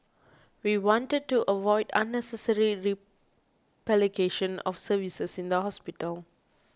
we wanted to avoid unnecessary replication of services in the hospital